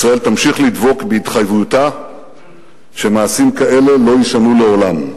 ישראל תמשיך לדבוק בהתחייבותה שמעשים כאלה לא יישנו לעולם.